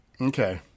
okay